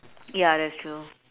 ya that's true